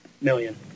million